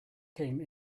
came